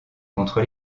contre